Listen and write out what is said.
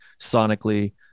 sonically